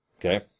Okay